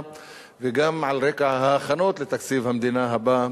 וגם על רקע ההכנות לתקציב המדינה הבא,